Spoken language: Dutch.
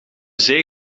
zee